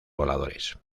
voladores